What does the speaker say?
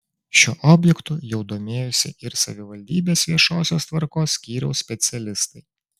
šiuo objektu jau domėjosi ir savivaldybės viešosios tvarkos skyriaus specialistai